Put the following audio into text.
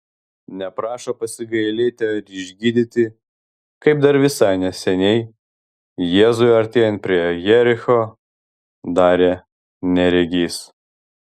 neprašo pasigailėti ar išgydyti kaip dar visai neseniai jėzui artėjant prie jericho darė neregys